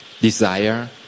desire